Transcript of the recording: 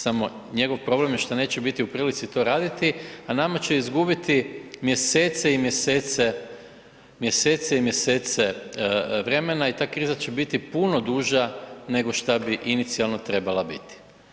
Samo njegov problem je što neće biti u prilici to raditi, a nama će izgubiti mjesece i mjesece vremena i ta kriza će biti puno duža nego šta bi inicijalno trebala biti.